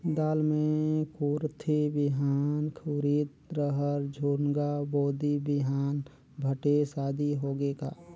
दाल मे कुरथी बिहान, उरीद, रहर, झुनगा, बोदी बिहान भटेस आदि होगे का?